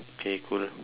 okay good